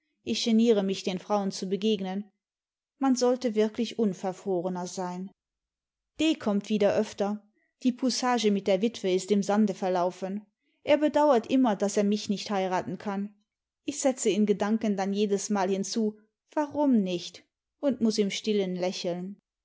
ich geniere mich den frauen zu begegnen man sollte wirklich unverfrorener sein d kommt wieder öfter die poussage mit der witwe ist im sande verlaufen er bedauert immer daß er mich nicht heiraten kann ich setze in gedanken dann jedesmal hinzu warum nicht und muß im stillen lächeln